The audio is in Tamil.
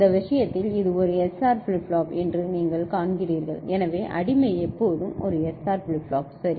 இந்த விஷயத்தில் இது ஒரு SR ஃபிளிப் ஃப்ளாப் என்று நீங்கள் காண்கிறீர்கள் எனவே அடிமை எப்போதும் SR ஃபிளிப் ஃப்ளாப் சரி